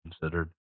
considered